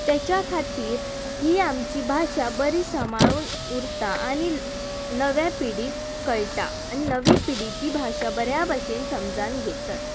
तेच्या खातीर ही आमची भाशा बरी सांबाळून उरता आनी नव्या पिडीक कळटा आनी नवी पिडी ती भाशा बऱ्या भशेन समजान घेतात